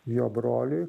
jo broliui